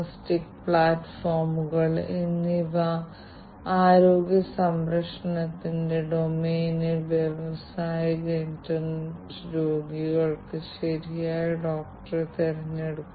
അതിനാൽ ഈ സാങ്കേതികവിദ്യകളെല്ലാം സ്വീകരിക്കണം ആ പൈതൃകമുള്ള പുതിയവ എല്ലാം ഒരുമിച്ച് സമന്വയിപ്പിക്കണം മുഴുവൻ സംയോജിത സംവിധാനത്തിലും ഒരു തരത്തിലുള്ള അപകടസാധ്യതകളും അവശേഷിപ്പിക്കാതെ അത് ഉപേക്ഷിക്കുക